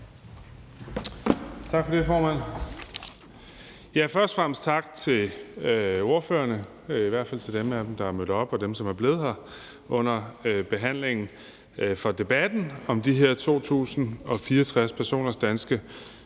Tak for det, hr.